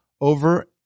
over